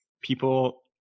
people